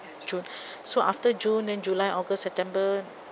june so after june then july august september